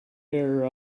error